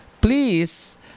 please